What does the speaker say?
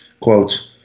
Quotes